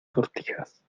sortijas